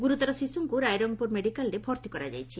ଗୁରୁତର ଶିଶୁଙ୍କୁ ରାଇରଙ୍ଙପୁର ମେଡ଼ିକାଲରେ ଭର୍ତ୍ତି କରାଯାଇଛି